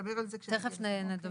תיכף נדבר על הסעיף.